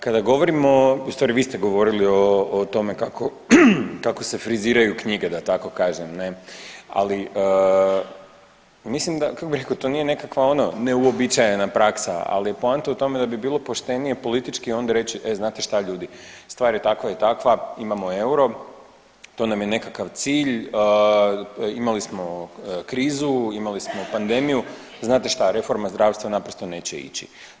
Kada govorimo ustvari vi ste govorili o tome kako se friziraju knjige da tako kažem ne, ali mislim kako bi rekao to nije nekakva ono neuobičajena praksa, ali poanta je u tome da bi bilo poštenije politički onda reći, e znate šta ljudi stvar je takva i takva, imamo euro to nam je nekakav cilj, imali smo krizu, imali smo pandemiju znate šta reforma zdravstva naprosto neće ići.